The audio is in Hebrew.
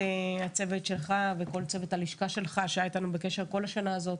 הצוות שלך וכל צוות הלשכה שלך שהיה אתנו בקשר כל השנה הזאת.